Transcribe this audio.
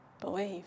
believe